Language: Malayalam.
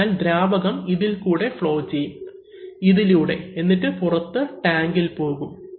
അതിനാൽ ദ്രാവകം ഇതിൽ കൂടെ ഫ്ളോ ചെയ്യും ഇതിലൂടെ എന്നിട്ട് പുറത്ത് ടാങ്കിൽ പോകും